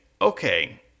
okay